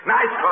Nice